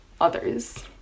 others